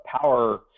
power